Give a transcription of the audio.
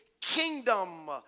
kingdom